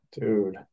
dude